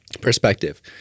perspective